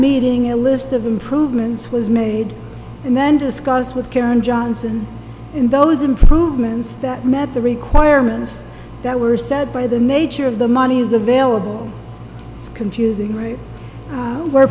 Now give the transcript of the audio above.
meeting a list of the improvements was made and then discuss with karen johnson in those improvements that met the requirements that were set by the nature of the monies available it's confusing right were